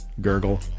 gurgle